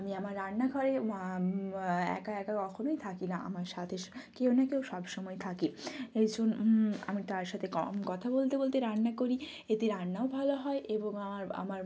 আমি আমার রান্নাঘরে একা একা কখনোই থাকি না আমার সাথে কেউ না কেউ সব সময় থাকে এই জন্য আমি তাদের সাথে কম কথা বলতে বলতে রান্না করি এতে রান্নাও ভালো হয় এবং আমার আমার